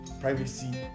privacy